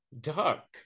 duck